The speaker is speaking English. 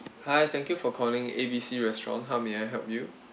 hi thank you for calling A B C restaurant how may I help you